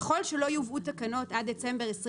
ככל שלא יובאו תקנות עד דצמבר 2022,